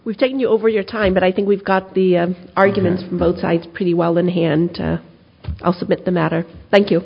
we've taken you over your time but i think we've got the arguments from both sides pretty well in here and i'll submit the matter thank you